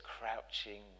crouching